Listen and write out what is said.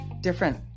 different